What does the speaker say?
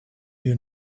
you